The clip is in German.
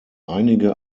einige